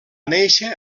néixer